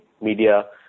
media